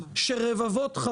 רגע, אני מסביר.